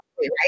right